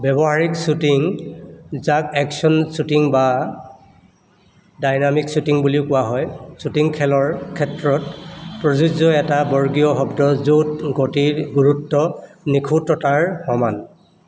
ব্যৱহাৰিক শ্বুটিং যাক action shooting বা ডাইনামিক শ্বুটিং বুলিও কোৱা হয় শ্বুটিং খেলৰ ক্ষেত্ৰত প্ৰযোজ্য এটা বৰ্গীয় শব্দ য'ত গতিৰ গুৰুত্ব নিখুঁততাৰ সমান